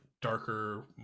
darker